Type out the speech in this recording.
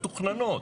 מתוכננות.